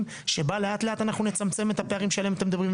שבה לאט לאט נצמצם את הפערים שעליהם אתם מדברים.